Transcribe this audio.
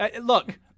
look